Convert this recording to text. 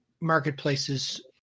marketplaces